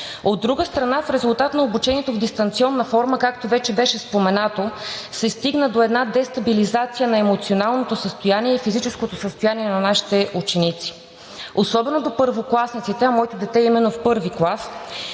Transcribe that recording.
От друга страна, в резултат на обучението в дистанционна форма, както вече беше споменато, се стигна до една дестабилизация на емоционалното и физическото състояние на нашите ученици. Особено до първокласниците, а моето дете именно е в първи клас,